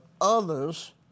others